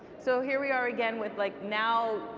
so here we are again with like, now,